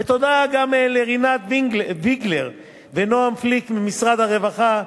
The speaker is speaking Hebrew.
ותודה גם לרינת ויגלר ונועם פליק ממשרד הרווחה,